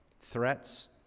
threats